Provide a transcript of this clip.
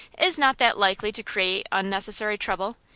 is not that likely to create unnecessary trouble?